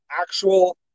actual